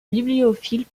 bibliophile